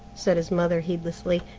said his mother heedlessly,